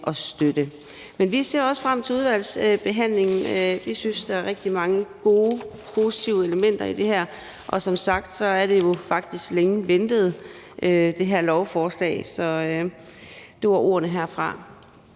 og støtte. Men vi ser også frem til udvalgsbehandlingen. Vi synes, der er rigtig mange gode, positive elementer i det her, og som sagt er det her lovforslag jo faktisk længe ventet. Det var ordene herfra.